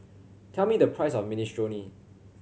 tell me the price of Minestrone